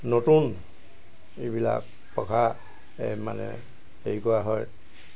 নতুন এইবিলাক পঘা মানে হেৰি কৰা হয়